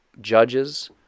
judges